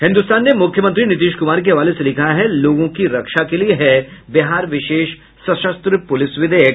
हिन्दुस्तान ने मुख्यमंत्री नीतीश कुमार के हवाले से लिखा है लोगों की रक्षा के लिए है बिहार विशेष सशस्त्र पुलिस विधेयक